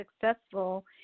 successful